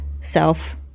self